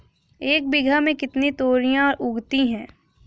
एक बीघा में कितनी तोरियां उगती हैं?